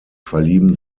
verlieben